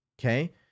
Okay